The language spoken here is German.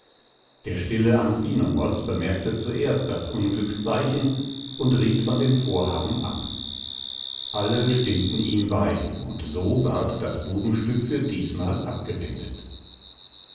der stille amphinomos bemerkte zuerst das unglückszeichen und riet von dem vorhaben ab alle stimmten ihm bei und so ward das bubenstück für diesmal abgewendet